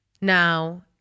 Now